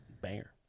banger